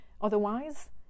otherwise